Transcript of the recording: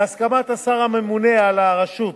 בהסכמת השר הממונה על הרשות,